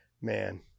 man